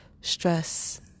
stress